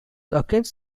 against